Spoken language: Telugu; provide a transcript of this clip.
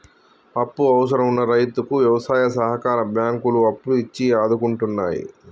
అప్పు అవసరం వున్న రైతుకు వ్యవసాయ సహకార బ్యాంకులు అప్పులు ఇచ్చి ఆదుకుంటున్నాయి